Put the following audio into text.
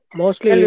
mostly